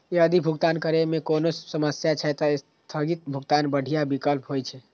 यदि भुगतान करै मे कोनो समस्या छै, ते स्थगित भुगतान बढ़िया विकल्प होइ छै